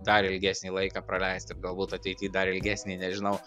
dar ilgesnį laiką praleist galbūt ateity dar ilgesnį nežinau